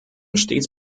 stets